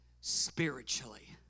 spiritually